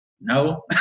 no